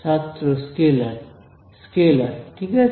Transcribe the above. ছাত্র scalar scalar ঠিক আছে